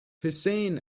hussein